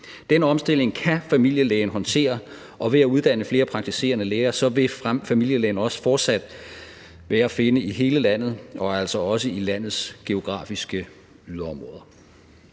Den omstilling kan familielægen håndtere, og ved at der uddannes flere praktiserende læger, vil familielægen også fortsat være at finde i hele landet og altså også i landets geografiske yderområder.